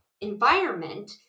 environment